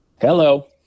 hello